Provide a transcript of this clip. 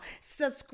subscribe